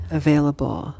available